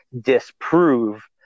disprove